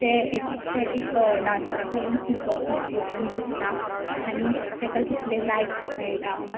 ते एक ते एक डान्सराक लागून खूब इमपोर्टंट आसता आनी तेका जितलें लायक्स मेयटा